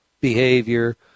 behavior